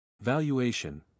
Valuation